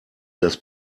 das